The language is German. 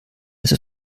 also